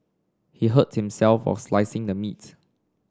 he hurt himself while slicing the meat